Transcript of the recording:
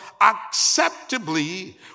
acceptably